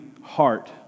heart